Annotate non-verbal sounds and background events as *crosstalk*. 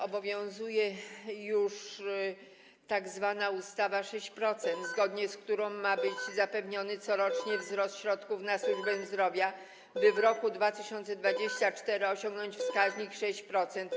Obowiązuje już tzw. ustawa 6%, *noise* zgodnie z którą ma być zapewniony corocznie wzrost środków na służbę zdrowia, by w roku 2024 osiągnąć wskaźnik 6%.